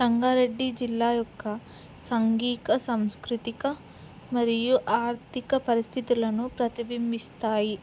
రంగారెడ్డి జిల్లా యొక్క సాంఘీక సంస్కృతిక మరియు ఆర్థిక పరిస్థితులను ప్రతిబింబిస్తాయి